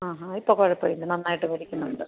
ആ ഹാ ഇപ്പോൾ കുഴപ്പമില്ല നന്നായിട്ട് പഠിക്കുന്നുണ്ട്